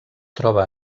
troba